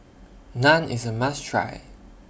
Naan IS A must Try